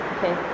Okay